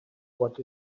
what